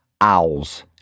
owls